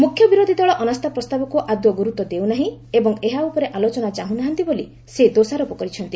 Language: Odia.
ମୁଖ୍ୟ ବିରୋଧି ଦଳ ଅନାସ୍ଥା ପ୍ରସ୍ତାବକୁ ଆଦୌ ଗୁରୁତ୍ୱ ଦେଉ ନାହିଁ ଏବଂ ଏହା ଉପରେ ଆଲୋଚନା ଚାହୁଁ ନାହାନ୍ତି ବୋଲି ସେ ଦୋଷାରୋପ କରିଛନ୍ତି